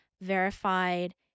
verified